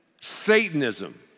Satanism